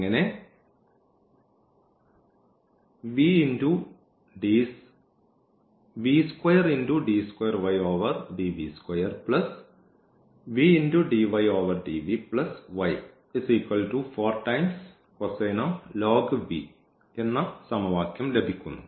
അങ്ങനെ എന്ന സമവാക്യം ലഭിക്കുന്നു